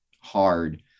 hard